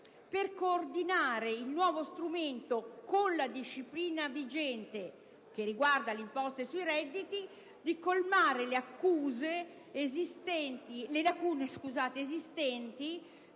da coordinare il nuovo strumento con la disciplina vigente che riguarda le imposte sui redditi, colmare le lacune esistenti